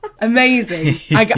Amazing